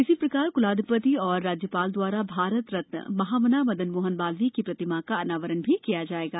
इसीप्रकार क्लाधि ति एवं राज्य ाल द्वारा भारतरत्न महामना मदन मोहन मालवीय की प्रतिमा का अनावरण किया जाएगा